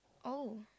oh